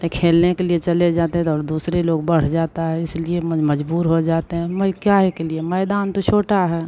त खेलने के लिए चले जाते तो दूसरे लोग बढ़ जाता है इसलिए मैं मजबूर हो जाते हैं मैं काए के लिए मैदान तो छोटा है